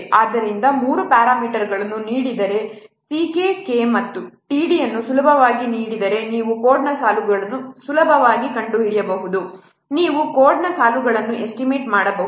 ಆದ್ದರಿಂದ ಮೂರು ಪ್ಯಾರಾಮೀಟರ್ಗಳನ್ನು ನೀಡಿದರೆ C k K ಮತ್ತು t d ಅನ್ನು ಸುಲಭವಾಗಿ ನೀಡಿದರೆ ನೀವು ಕೋಡ್ನ ಸಾಲುಗಳನ್ನು ಸುಲಭವಾಗಿ ಕಂಡುಹಿಡಿಯಬಹುದು ನೀವು ಕೋಡ್ನ ಸಾಲುಗಳನ್ನು ಎಸ್ಟಿಮೇಟ್ ಮಾಡಬಹುದು